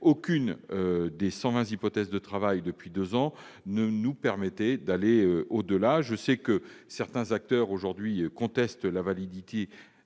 aucune des 120 hypothèses de travail explorées depuis deux ans ne permettait d'aller au-delà. Je sais que certains acteurs contestent la validité